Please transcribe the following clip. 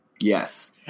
Yes